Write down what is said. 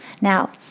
Now